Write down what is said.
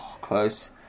Close